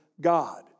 God